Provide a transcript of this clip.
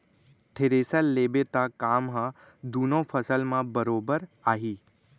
thresher लेबे त काम ह दुनों फसल म बरोबर आही